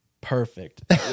Perfect